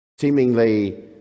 seemingly